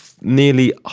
Nearly